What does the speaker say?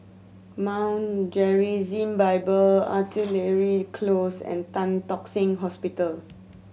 Mount Gerizim Bible Artillery Close and Tan Tock Seng Hospital